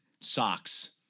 socks